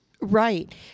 Right